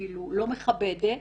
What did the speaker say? לא מכבדת,